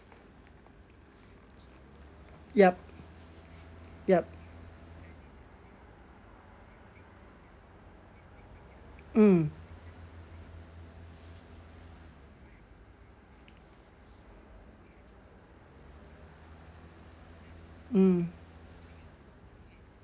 yup yup mm mm